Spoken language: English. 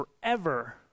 forever